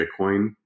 Bitcoin